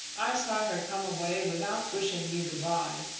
i saw her come away without wishing you good-by,